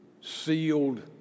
sealed